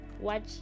Watch